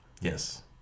Yes